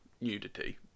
nudity